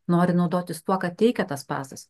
nori naudotis tuo ką teikia tas pasas